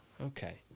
Okay